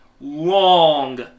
Long